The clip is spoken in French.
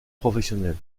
professionnel